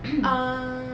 ah